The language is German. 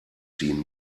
ziehen